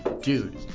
Dude